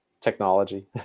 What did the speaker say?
technology